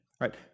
Right